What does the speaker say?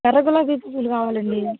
ఎర్ర గులాబీ పువ్వులు కావాలండి